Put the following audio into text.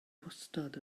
wastad